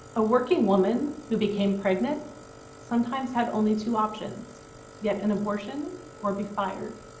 a working woman who became pregnant sometimes had only two options get an abortion or be fired.